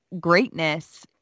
greatness